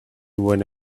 when